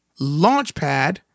launchpad